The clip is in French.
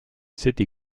cette